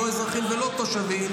לא אזרחים ולא תושבים,